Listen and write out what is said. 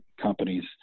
companies